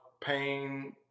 pain